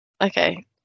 Okay